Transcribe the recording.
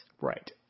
Right